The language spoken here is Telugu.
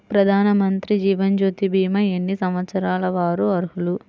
ప్రధానమంత్రి జీవనజ్యోతి భీమా ఎన్ని సంవత్సరాల వారు అర్హులు?